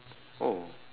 oh